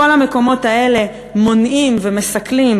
כל המקומות האלה מונעים ומסכלים